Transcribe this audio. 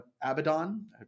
Abaddon